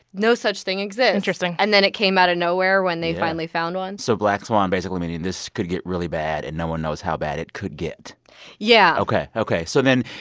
no such thing exists interesting and then it came out of nowhere when they finally found one yeah. so black swan basically meaning this could get really bad, and no one knows how bad it could get yeah ok, ok. so then,